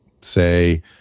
say